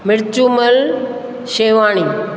Mirchumal Shewani